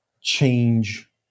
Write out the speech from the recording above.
change